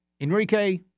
Enrique